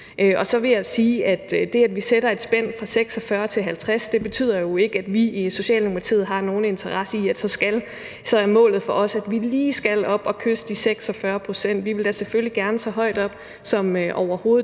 Så vil jeg sige, at det, at vi sætter et spænd fra 46 til 50 pct., jo ikke betyder, at vi i Socialdemokratiet har nogen interesse i, at målet for os skal være, at vi lige skal op at kysse de 46 pct. Vi vil da selvfølgelig gerne så højt op som overhovedet